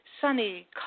sunny